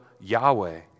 Yahweh